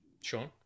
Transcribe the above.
Sean